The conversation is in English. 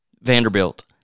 Vanderbilt